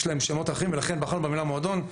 יש להם שמות אחרים ולכן בחרנו במילה מועדון.